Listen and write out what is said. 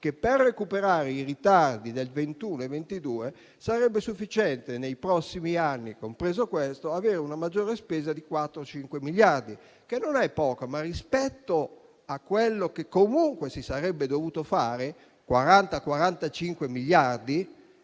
che per recuperare i ritardi del 2021 e del 2022 sarebbe sufficiente nei prossimi anni, compreso questo, avere una maggiore spesa di 4-5 miliardi, che non è poco, ma rispetto a quello che comunque si sarebbe dovuto fare (40-45 miliardi)